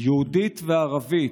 יהודית וערבית,